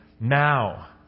now